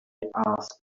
asked